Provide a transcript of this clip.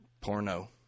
porno